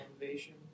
innovation